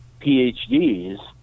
PhDs